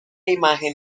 imagen